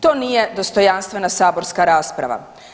To nije dostojanstvena saborska rasprava.